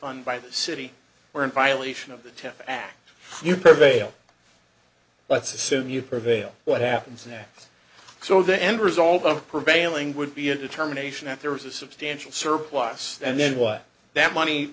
fund by the city were in violation of the temp act you prevail let's assume you prevail what happens next so the end result of prevailing would be a determination that there was a substantial surplus and then what that money